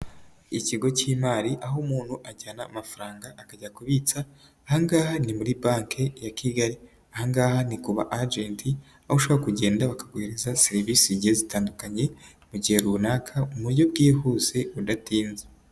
Ikigo cy'imari ,aho umuntu ajyana amafaranga akajya kubitsa ,aha ngaha ni muri Banki ya Kigali. Ahangaha ni kuba agent ,aho ushaka kugenda bakaguhereza serivisi zigiye zitandukanye mu gihe runaka buryo bwihuse udatinze.